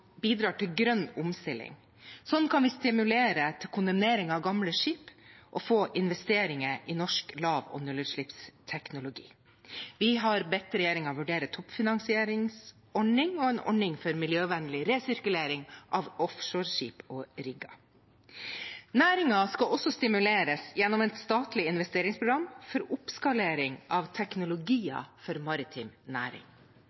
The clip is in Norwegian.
bidrar til grønn omstilling. Sånn kan vi stimulere til kondemnering av gamle skip og få investeringer i norsk lav- og nullutslippsteknologi. Vi har bedt regjeringen vurdere toppfinansieringsordning og en ordning for miljøvennlig resirkulering av offshoreskip og rigger. Næringen skal også stimuleres gjennom et statlig investeringsprogram for oppskalering av teknologier for maritim næring.